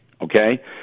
okay